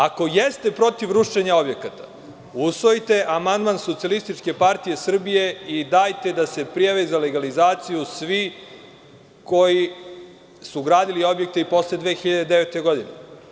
Ako jeste protiv rušenja objekata usvojite amandman SPS i dajte da se prijave za legalizaciju svi koji su gradili objekte i posle 2009. godine.